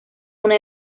una